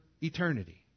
eternity